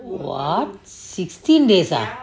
what sixteen days ah